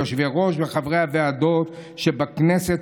ליושבי-ראש וחברי הוועדות שבכנסת,